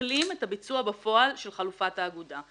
מסכלים את הביצוע בפועל של חלופת האגודה.